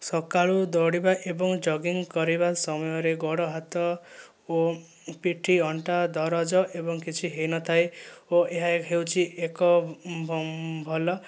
ସକାଳୁ ଦୌଡ଼ିବା ଏବଂ ଯଗିଙ୍ଗ କରିବା ସମୟରେ ଗୋଡ଼ ହାତ ଓ ପିଠି ଅଣ୍ଟା ଦରଜ ଏବଂ କିଛି ହୋଇନଥାଏ ଓ ଏହା ହେଉଛି ଏକ ଭଲ